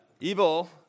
evil